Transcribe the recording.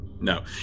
No